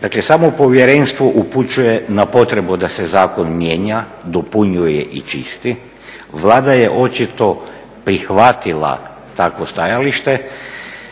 Dakle, samo povjerenstvo upućuje na potrebu da se zakon mijenja, dopunjuje i čisti, Vlada je očito prihvatila takvo stajalište,